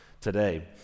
today